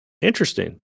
Interesting